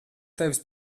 tevis